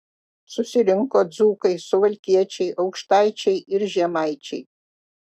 susirinko dzūkai suvalkiečiai aukštaičiai ir žemaičiai